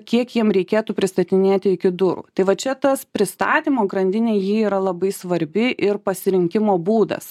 kiek jiem reikėtų pristatinėti iki durų tai va čia tas pristatymo grandinėj ji yra labai svarbi ir pasirinkimo būdas